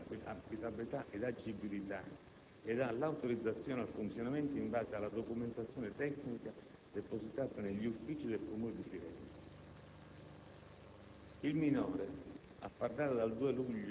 Il Centro possiede tutti i requisiti di affidabilità ed agibilità ed ha l'autorizzazione al funzionamento in base alla documentazione tecnica depositata negli uffici del Comune di Firenze.